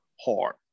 hard